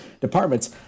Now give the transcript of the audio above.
departments